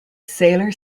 sailor